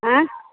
आँय